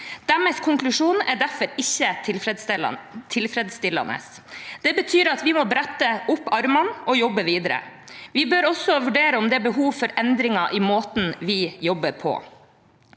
Deres konklusjon er derfor «ikke tilfredsstillende». Det betyr at vi må brette opp ermene og jobbe videre. Vi bør også vurdere om det er behov for endringer i måten vi jobber på.